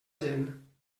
gent